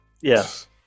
Yes